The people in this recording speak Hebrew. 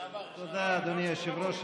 תודה, אדוני היושב-ראש.